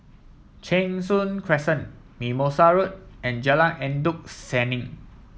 Cheng Soon Crescent Mimosa Road and Jalan Endut Senin